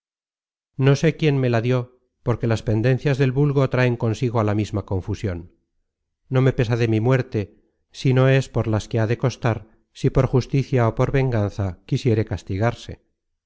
no sé quién me la dió porque las pendencias del vulgo traen consigo a la misma confusion no me pesa de mi muerte sino es por las que ha de costar si por justicia ó por venganza quisiere castigarse